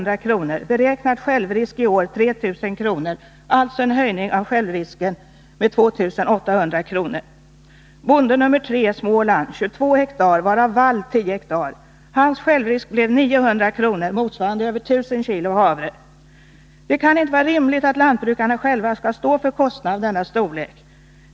Det kan inte vara rimligt att lantbrukarna själva skall stå för kostnader av denna storlek.